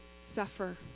suffer